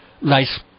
nice